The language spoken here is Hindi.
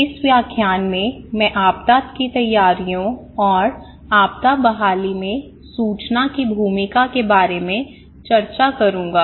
इस व्याख्यान में मैं आपदा की तैयारियों और आपदा बहाली में सूचना की भूमिका के बारे में चर्चा करूंगा